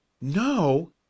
No